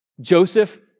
Joseph